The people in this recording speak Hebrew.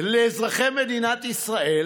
לאזרחי מדינת ישראל